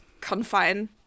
confine